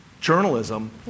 journalism